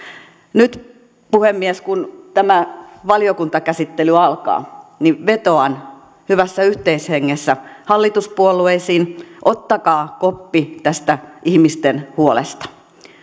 nyt puhemies kun tämä valiokuntakäsittely alkaa niin vetoan hyvässä yhteishengessä hallituspuolueisiin ottakaa koppi tästä ihmisten huolesta